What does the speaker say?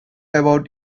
about